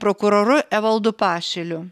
prokuroru evaldu pašiliu